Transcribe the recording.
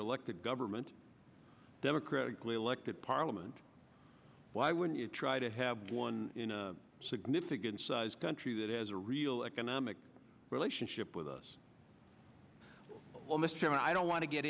elected government democratically elected parliament why wouldn't you try to have one significant size country that has a real economic relationship with us well mr chairman i don't want to get